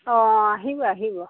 অঁ আহিব আহিব